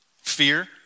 Fear